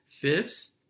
fifths